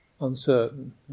uncertain